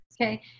Okay